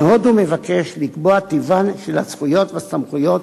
ועוד הוא מבקש לקבוע את טיבן של הזכויות והסמכויות